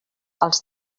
als